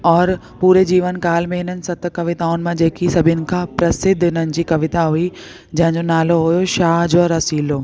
और पूरे जीवन काल में हिननि सत कविताऊनि मां जेकी सभिनि खां प्रसिद्ध हिननि जी कविता हुई जंहिंजो नालो हुयो शाह जो रसीलो